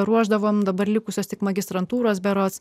ruošdavome dabar likusios tik magistrantūros berods